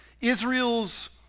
Israel's